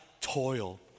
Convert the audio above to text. toil